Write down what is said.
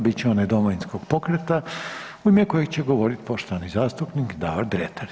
bit će onaj Domovinskog pokreta u ime kojeg će govoriti poštovani zastupnik Davor Dretar.